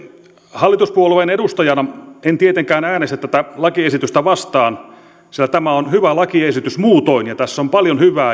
hallituspuolueen edustajana en tietenkään äänestä tätä lakiesitystä vastaan sillä tämä on hyvä lakiesitys muutoin ja tässä on paljon hyvää